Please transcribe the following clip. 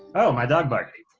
oh, my dog barking.